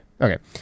Okay